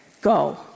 go